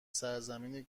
سرزمین